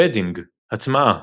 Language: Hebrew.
Embedding – הטמעה